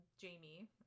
jamie